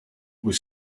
was